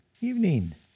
Evening